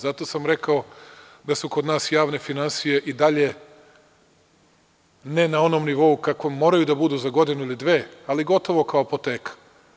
Zato sam rekao da su kod nas javne finansije i dalje ne na onom nivou kakvom moraju da budu za godinu ili dve, ali gotovo kao apoteka.